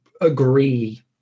agree